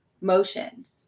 motions